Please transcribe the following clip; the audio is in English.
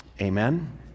Amen